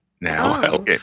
now